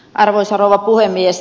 arvoisa rouva puhemies